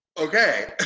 okay.